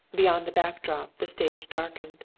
beyond the back drop, the stage darkened.